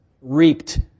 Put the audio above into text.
reaped